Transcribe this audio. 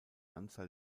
anzahl